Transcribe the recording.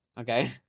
okay